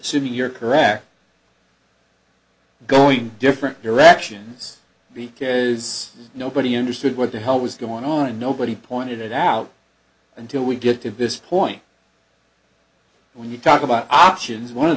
assuming you're correct going different directions the care is nobody understood what the hell was going on and nobody pointed it out until we get to this point when you talk about options one of